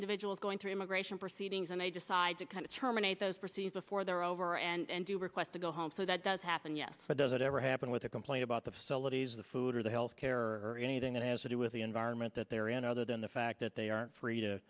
individual's going through immigration proceedings and they decide to kind of terminate those procedures before they're over and do requests to go home so that does happen yes but does it ever happen with a complaint about the facilities the food or the health care or anything that has to do with the environment that they're in other than the fact that they aren't free to